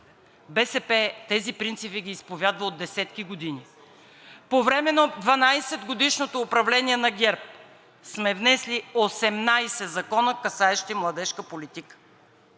БСП тези принципи ги изповядва от десетки години. По време на 12-годишното управление на ГЕРБ сме внесли 18 закона, касаещи младежка политика.